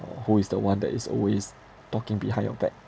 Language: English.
uh who is the one that is always talking behind your back